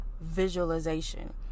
visualization